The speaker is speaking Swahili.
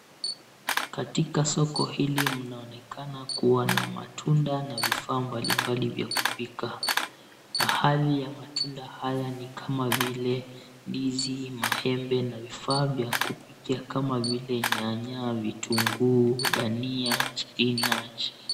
Katika soko hili mnaonekana kuwa na matunda na vifaa mbalimbali vya kupika. Baadhi ya matunda haya ni kama vile ndizi, maembe na vifaa vya kupikia kama vile nyanya, vitunguu, dania, spinach .